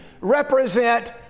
represent